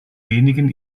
wenigen